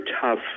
tough